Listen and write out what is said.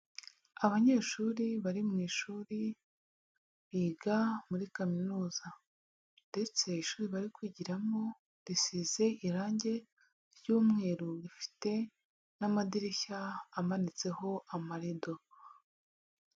Abanyeshuri bari mu ishuri, biga muri kaminuza. Ndetse ishuri bari kwigiramo, risize irangi ry'umweru rifite n'amadirishya amanitseho amarido.